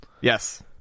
Yes